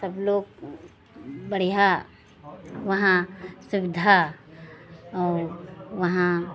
सब लोग बढ़ियाँ वहाँ सुविधा और वहाँ